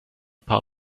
paar